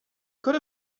could